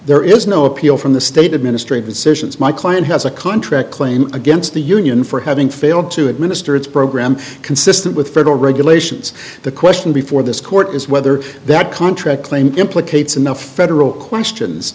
there is no appeal from the state administrative decisions my client has a contract claim against the union for having failed to administer its program consistent with federal regulations the question before this court is whether that contract claim implicates in the federal questions